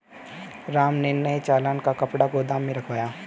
राम ने नए चालान का कपड़ा गोदाम में रखवाया